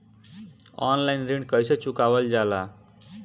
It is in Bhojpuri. ऑनलाइन ऋण कईसे चुकावल जाला?